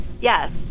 yes